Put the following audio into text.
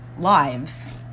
lives